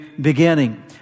beginning